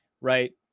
right